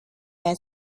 and